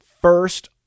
first